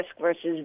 versus